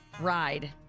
ride